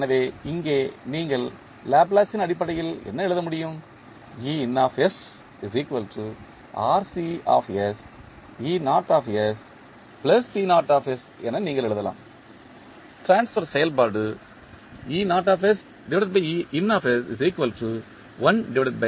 எனவே இங்கே நீங்கள் லாப்லேஸின் அடிப்படையில் என்ன எழுத முடியும் Ein RC E0 E0 என நீங்கள் எழுதலாம் ட்ரான்ஸ்பர் செயல்பாடு ஆகும்